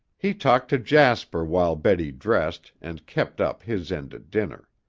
he talked to jasper while betty dressed, and kept up his end at dinner.